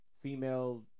female